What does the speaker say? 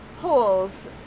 holes